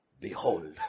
Behold